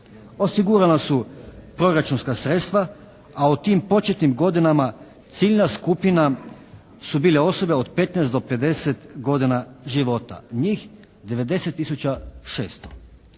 Osigurana su proračunska sredstva a o tim početnim godinama ciljna skupina su bile osobe od 15 do 50 godina života. Njih 90